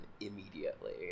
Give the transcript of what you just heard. immediately